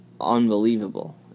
unbelievable